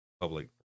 public